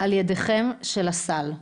על ידיכם, של הסל?